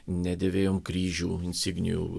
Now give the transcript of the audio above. nedėvėjom kryžių insignijų